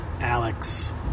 Alex